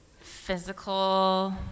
physical